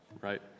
right